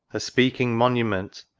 a speaking monument,